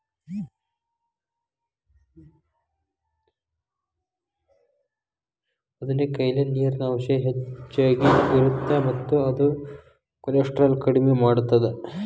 ಬದನೆಕಾಯಲ್ಲಿ ನೇರಿನ ಅಂಶ ಹೆಚ್ಚಗಿ ಇರುತ್ತ ಮತ್ತ ಇದು ಕೋಲೆಸ್ಟ್ರಾಲ್ ಕಡಿಮಿ ಮಾಡತ್ತದ